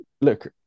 Look